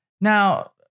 Now